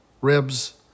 Ribs